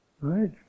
right